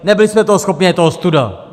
Nebyli jsme toho schopni a je to ostuda!